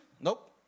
nope